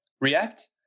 React